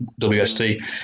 WST